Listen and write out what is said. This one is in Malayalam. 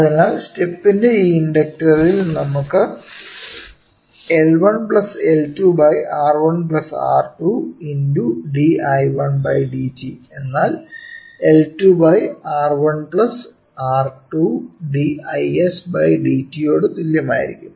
അതിനാൽ സ്റ്റെപ്പിന്റെ ആ ഇൻസ്റ്റന്റിൽ നമുക്ക് L1 L2 R1 R2 × d I1 dt എന്നാൽ L2 R1 R2 d Is dt യോട് തുല്യമായിരിക്കും